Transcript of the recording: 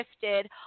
shifted